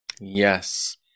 Yes